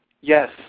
Yes